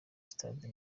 sitade